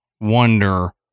wonder